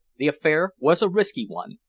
the affair was a risky one,